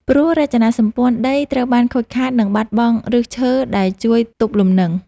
ព្រោះរចនាសម្ព័ន្ធដីត្រូវបានខូចខាត និងបាត់បង់ឫសឈើដែលជួយទប់លំនឹង។